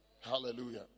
Hallelujah